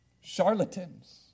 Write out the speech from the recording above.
charlatans